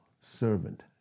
servant